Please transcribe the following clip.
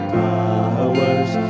powers